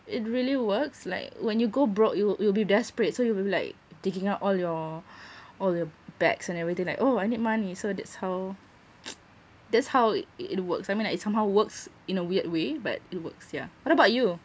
it really works like when you go broke you'll you'll be desperate so you probably like digging up all your all your bags and everything like oh I need money so that's how that's how it it works I mean like it somehow works in a weird way but it works yeah what about you